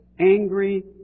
Angry